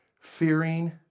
Fearing